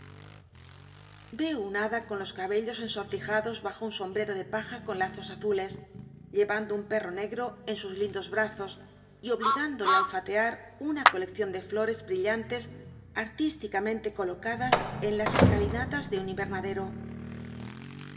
una hada con los cabellos ensor'lijados bajo un sombrero de paja con lazos azules llevando un perro negr o en sus lindos brazos y obligándole á olfatear una coleccion de flores brillantes artísticamente colocadas en las escalinatas de un imernadero